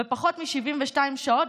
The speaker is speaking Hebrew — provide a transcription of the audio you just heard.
בפחות מ-72 שעות,